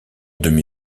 demi